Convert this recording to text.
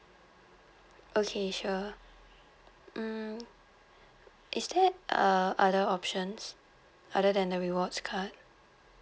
okay sure mm is there err other options other than the rewards card